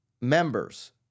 members